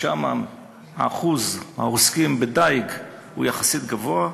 שם שיעור העוסקים בדיג הוא יחסית גבוה.